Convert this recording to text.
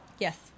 Yes